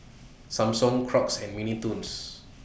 Samsung Crocs and Mini Toons